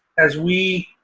as we